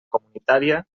comunitària